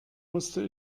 musste